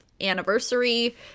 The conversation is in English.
anniversary